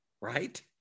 right